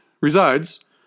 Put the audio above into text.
resides